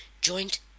Joint